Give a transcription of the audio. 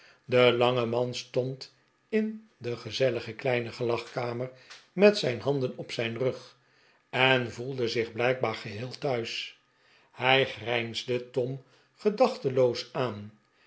de lange man stond in de gezellige kleine gelagkamer met zijn handen op zijn rug en voelde zich blijkbaar geheel thuis hij grijnsde tom gedachteloos aan